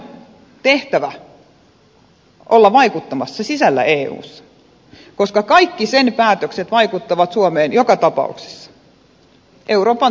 suomen tehtävä on olla vaikuttamassa sisällä eussa koska kaikki sen päätökset vaikuttavat suomeen joka tapauksessa euroopan talouskehityksen kautta